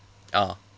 oh